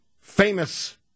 famous